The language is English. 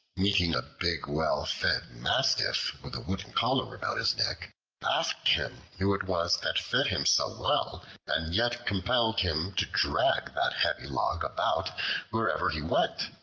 meeting a big well-fed mastiff with a wooden collar about his neck asked him who it was that fed him so well and yet compelled him to drag that heavy log about wherever he went.